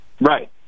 right